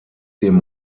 dem